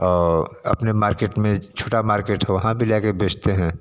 और अपने मार्केट में छोटा मार्केट वहाँ पे ले आके बचते हैं